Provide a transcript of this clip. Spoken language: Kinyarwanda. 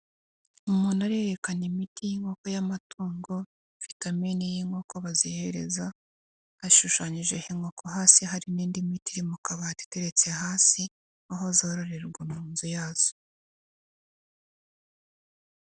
Umuntu arerekana imiti y'inkoko y'amatungo, vitamini y'inkoko bazihereza hashushanyije inkoko, hasi hari n'indi miti iri mu kabati iteretse hasi aho zororerarwa mu nzu yazo.